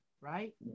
right